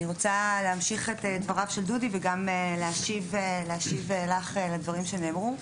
אני רוצה להמשיך את דבריו של דודי וגם להשיב לך לדברים שנאמרו.